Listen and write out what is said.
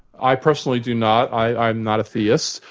i personally do not. i'm not a theist,